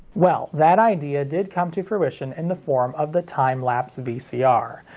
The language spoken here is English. well, that idea did come to fruition in the form of the time-lapse vcr.